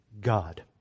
God